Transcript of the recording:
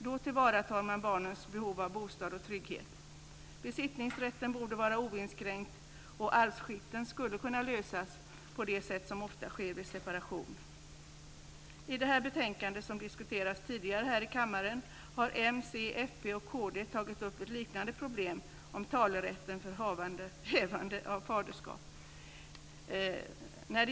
Då tillvaratar man barnens behov av bostad och trygghet. Besittningsrätten borde vara oinskränkt, och arvsskiften skulle kunna lösas på det sätt som ofta sker vid separation. I det betänkande som diskuterades tidigare i kammaren har m, c, fp och kd tagit upp ett liknande problem om talerätt för hävande av faderskap.